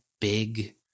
big